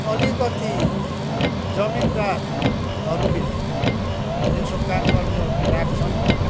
अलिकति जमिनदारहरूले चाहिँ यसो काम गर्नेओर्ने राख्छन्